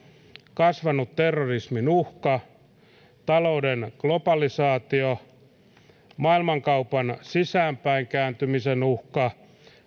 kasvanut terrorismin uhka talouden globalisaatio maailmankaupan sisäänpäin kääntymisen uhka